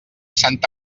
santa